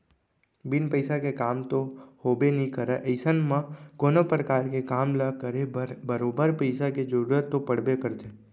बिन पइसा के काम तो होबे नइ करय अइसन म कोनो परकार के काम ल करे बर बरोबर पइसा के जरुरत तो पड़बे करथे